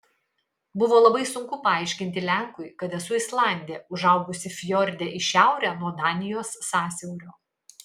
buvo labai sunku paaiškinti lenkui kad esu islandė užaugusi fjorde į šiaurę nuo danijos sąsiaurio